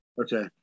okay